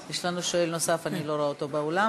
יש לנו שואל נוסף, אני לא רואה אותו באולם.